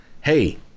hey